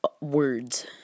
words